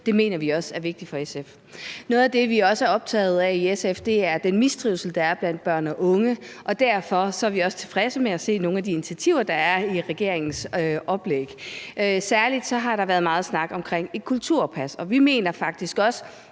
Det mener vi også er vigtigt for SF. Noget af det, vi også er optaget af i SF, er den mistrivsel, der er blandt børn og unge, og derfor er vi også tilfredse med at se nogle af de initiativer, der er i regeringens oplæg. Særlig har der været meget snak om et kulturpas, og vi mener faktisk også,